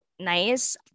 nice